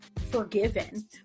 forgiven